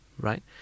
right